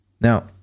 Now